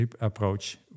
approach